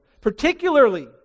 Particularly